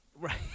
Right